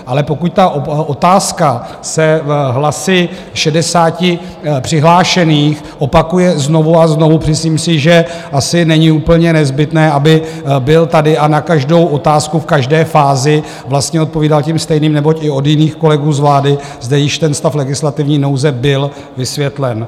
Ale pokud ta otázka se hlasy 60 přihlášených opakuje znovu a znovu, myslím si, že asi není úplně nezbytné, aby byl tady a na každou otázku v každé fázi odpovídal tím stejným, neboť i od jiných kolegů z vlády zde již ten stav legislativní nouze byl vysvětlen.